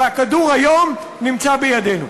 והכדור היום נמצא בידינו.